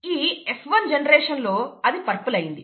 ఈ F1 generation లో అది పర్పుల్ అయింది